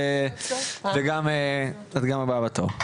וגם הבאה בתור.